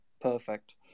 Perfect